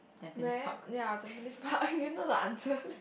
where ya the <UNK? you know the answers